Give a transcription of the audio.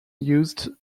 used